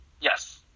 Yes